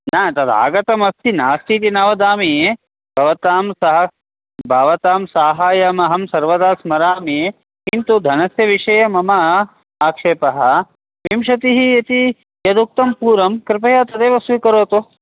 न तद् आगतमस्ति नास्ति इति न वदामि भवतां सा भवतां सहायम् अहं सर्वदा स्मरामि किन्तु धनस्य विषये मम आक्षेपः विंशतिः इति यदुक्तं पूर्वं कृपया तदेव स्वीकरोतु